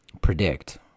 predict